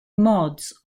mods